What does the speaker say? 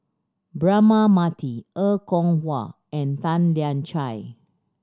Braema Mathi Er Kwong Wah and Tan Lian Chye